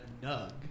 Nug